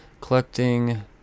collecting